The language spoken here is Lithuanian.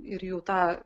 ir jau tą